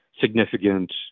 significant